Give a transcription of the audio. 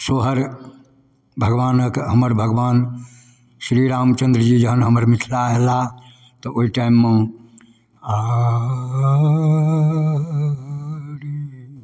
सोहर भगवानके हमर भगवान श्रीरामचन्द्रजी जहन हमर मिथला अएलाह तऽ ओहि टाइममे आ रे